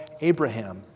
Abraham